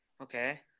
okay